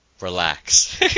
relax